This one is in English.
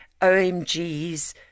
OMGs